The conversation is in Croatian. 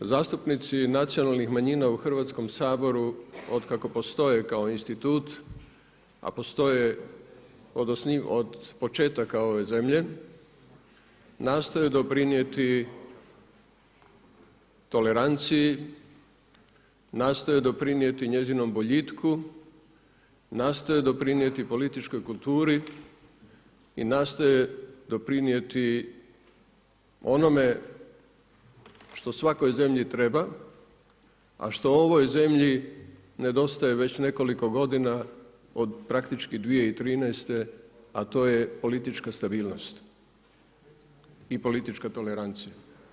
Zastupnici nacionalnih manjina u Hrvatskom saboru otkako postoji kao institut, a postoje od početaka ove zemlje, nastoji doprinijeti toleranciji, nastoji doprinijeti njezinom boljitku, nastoji doprinijeti političkoj kulturi i nastoje doprinijeti onome što svakoj zemlji treba, a što ovoj zemlji nedostaje već nekoliko godina od praktički 2013. a to je politička stabilnost i politička tolerancija.